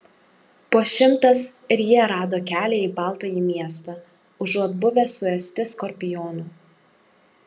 po šimtas ir jie rado kelią į baltąjį miestą užuot buvę suėsti skorpionų